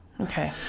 Okay